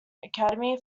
academy